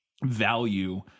value